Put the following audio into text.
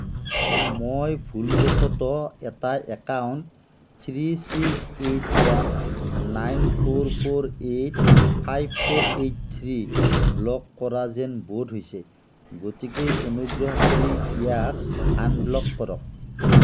মই ভুলবশতঃ এটা account three six eight one nine four four eight five four eight three block কৰা যেন বোধ হৈছে গতিকে অনুগ্ৰহ কৰি ইয়াক আনব্লক কৰক